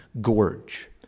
gorge